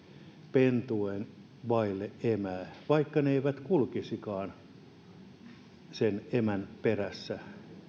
pentueen vaille emää vaikka ne eivät kulkisikaan emänsä perässä